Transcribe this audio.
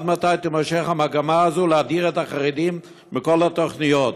עד מתי תימשך המגמה הזאת להדיר את החרדים מכל התוכניות?